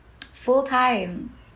full-time